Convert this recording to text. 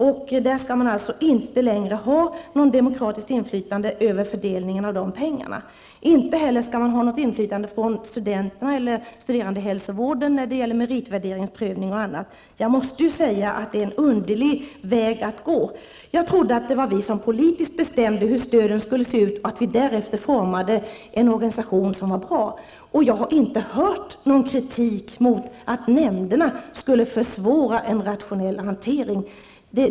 Det skall alltså inte längre finnas något demokratiskt inflytande över fördelningen av de pengarna. Inte heller skall studenterna eller studerandehälsovården ha något inflytande över meritvärderingsprövning och annat. Jag måste säga att det är en underlig väg att gå. Jag trodde att det var vi som politiskt bestämde hur stöden skulle se ut och att vi därefter formade en organisation som var bra. Jag har heller inte hört någon kritisera nämnderna för att de skulle försvåra en rationell hantering.